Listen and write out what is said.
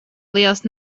lielas